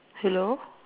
hello